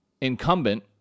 incumbent